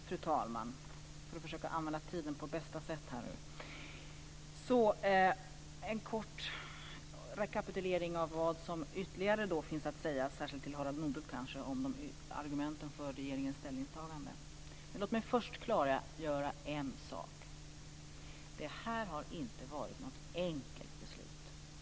Fru talman! Jag ska försöka använda tiden på bästa sätt och göra en kort rekapitulering av vad som ytterligare finns att säga, särskilt kanske till Harald Nordlund, om argumenten för regeringens ställningstagande. Men låt mig först klargöra en sak, nämligen att detta inte har varit något enkelt beslut.